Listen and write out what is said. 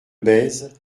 bèze